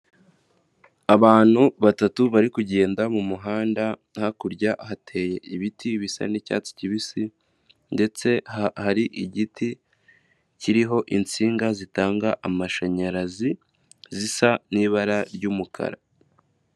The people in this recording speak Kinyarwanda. Abantu batatu bari kugenda mu muhanda, hakurya hateye ibiti bisa n'icyatsi kibisi ndetse hari igiti kiriho insinga zitanga amashanyarazi zisa n'ibara ry'umukara.